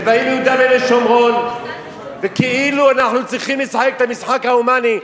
ובאים ליהודה ושומרון וכאילו אנחנו צריכים לשחק את המשחק ההומני.